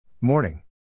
Morning